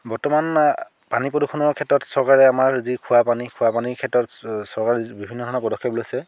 বৰ্তমান পানী প্ৰদূষণৰ ক্ষেত্ৰত চৰকাৰে আমাৰ যি খোৱাপানী খোৱাপানীৰ ক্ষেত্ৰত চৰকাৰে বিভিন্ন ধৰণৰ পদক্ষেপ লৈছে